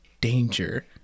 danger